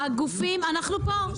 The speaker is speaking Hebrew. אנחנו פה,